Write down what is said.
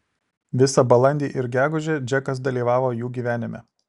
visą balandį ir gegužę džekas dalyvavo jų gyvenime